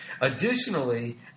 Additionally